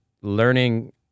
learning